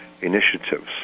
initiatives